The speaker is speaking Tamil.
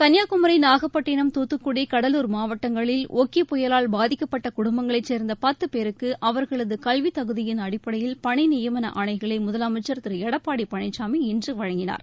கன்னியாகுமரி நாகப்பட்டினம் தூத்துக்குடி கடலூர் மாவட்டங்களில் ஒக்கிப் புயலால் பாதிக்கப்பட்ட குடும்பங்களைச் சேர்ந்த பத்து பேருக்கு அவா்களது கல்வித்தகுதியின் அடிப்படையில் பணி நியமான ஆணைகளை முதலமைச்சர் திரு எடப்பாடி பழனிசாமி இன்று வழங்கினார்